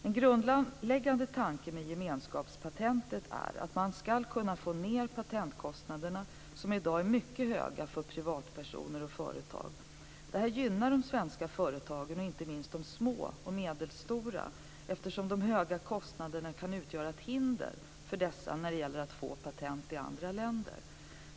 En grundläggande tanke med gemenskapspatentet är att man skall kunna få ned patentkostnaderna, som i dag är mycket höga för privatpersoner och företag. Detta gynnar de svenska företagen, inte minst de små och medelstora, eftersom de höga kostnaderna kan utgöra ett hinder för dessa företag när det gäller att få patent i andra länder.